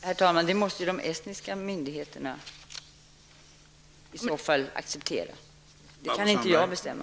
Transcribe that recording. Herr talman! Det är i så fall upp till de estniska myndigheterna att acceptera den vänorten som en myndighet. Det kan inte jag avgöra.